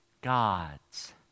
God's